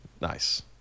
nice